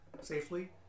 safely